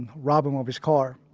and rob him of his car.